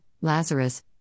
Lazarus